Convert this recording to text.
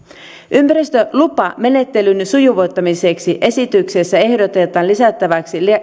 ympäristölupamenettelyn sujuvoittamiseksi esityksessä ehdotetaan lisättäväksi